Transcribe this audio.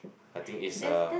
I think it's a